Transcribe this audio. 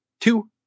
Two